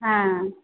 হ্যাঁ